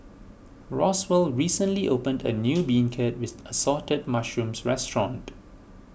Roswell recently opened a new Beancurd with Assorted Mushrooms restaurant